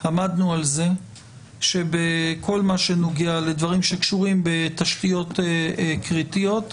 עמדנו על זה שבכל מה שנוגע לדברים שקשורים בתשתיות קריטיות,